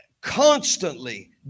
constantly